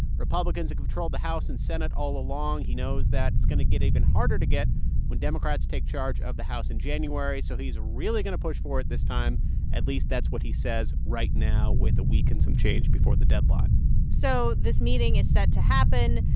republicans have controlled the house and senate all along. he knows that it's going to get even harder to get when democrats take charge of the house in january, so he's ah really going to push for it this time at least that's what he says right now with a week and some change before the deadline so this meeting is set to happen.